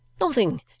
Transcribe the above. Nothing